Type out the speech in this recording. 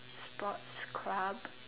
sports club